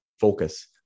focus